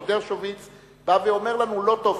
כי דרשוביץ בא ואומר לנו: לא טוב,